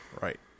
Right